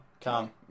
Come